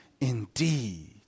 indeed